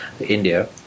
India